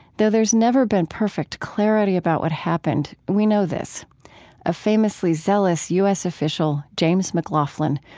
though there has never been perfect clarity about what happened, we know this a famously zealous u s. official, james mclaughlin,